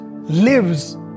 lives